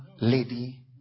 lady